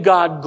God